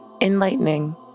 enlightening